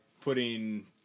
putting